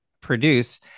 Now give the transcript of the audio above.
produce